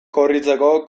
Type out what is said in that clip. korritzeko